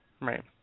Right